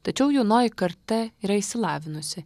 tačiau jaunoji karta yra išsilavinusi